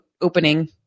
opening